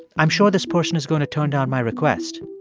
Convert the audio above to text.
i'm sure this person is going to turn down my request.